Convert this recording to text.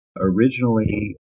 originally